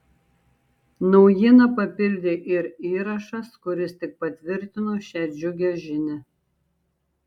naujieną papildė ir įrašas kuris tik patvirtino šią džiugią žinią